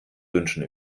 wünschen